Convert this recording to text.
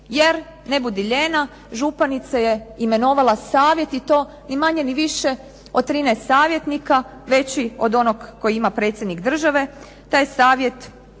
Jer ne budu lijena županica je imenovala savjet i to ni manje ni više od 13 savjetnika veći od onog kojeg ima Predsjednik države. Taj savjet